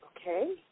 Okay